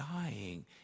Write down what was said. Dying